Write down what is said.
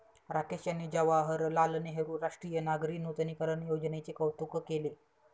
राकेश यांनी जवाहरलाल नेहरू राष्ट्रीय नागरी नूतनीकरण योजनेचे कौतुक केले